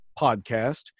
podcast